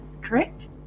correct